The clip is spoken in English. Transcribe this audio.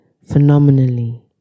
phenomenally